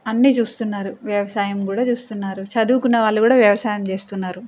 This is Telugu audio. అన్నీ చూస్తున్నారు వ్యవసాయం కూడా చూస్తున్నారు చదువుకున్న వాళ్ళు కూడా వ్యవసాయం చేస్తున్నారు